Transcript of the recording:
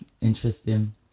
interesting